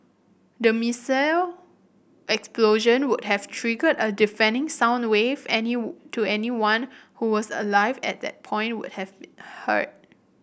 the missile explosion would have triggered a deafening sound wave to anyone who was alive at that point would have been heard